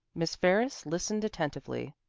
miss ferris listened attentively.